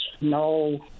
No